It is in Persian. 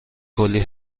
کلی